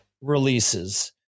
releases